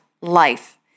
life